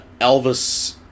Elvis